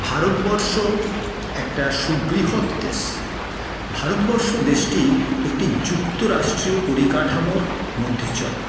ভারতবর্ষ একটা সুবৃহৎ দেশ ভারতবর্ষ দেশটি একটি যুক্তরাষ্ট্রীয় পরিকাঠামোর মধ্যে চলে